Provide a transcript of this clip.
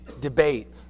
debate